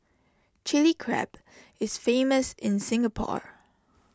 Chilli Crab is famous in Singapore